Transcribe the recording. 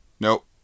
Nope